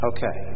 Okay